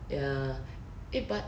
ya eh but